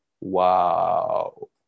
Wow